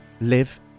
live